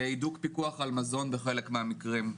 הידוק פיקוח על מזון בחלק מהמקרים,